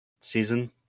season